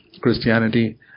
Christianity